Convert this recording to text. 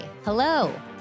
Hello